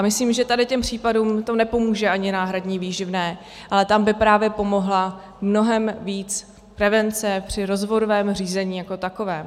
Myslím, že tady těm případům nepomůže ani náhradní výživné, ale tam by právě pomohla mnohem víc prevence při rozvodovém řízení jako takovém.